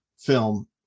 film